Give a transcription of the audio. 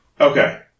Okay